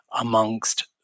amongst